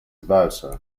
versa